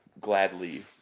gladly